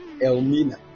Elmina